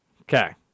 Okay